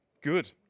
Good